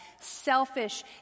selfish